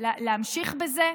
להמשיך בזה,